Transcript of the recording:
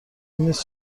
نیست